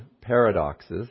paradoxes